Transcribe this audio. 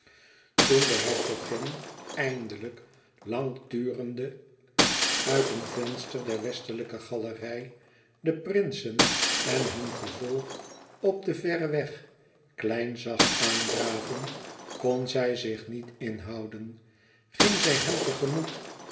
toen de hertogin eindelijk lang turende uit een venster der westelijke galerij de prinsen en hun gevolg op den verren weg klein zag aandraven kon zij zich niet inhouden ging zij hun